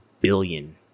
billion